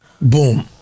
boom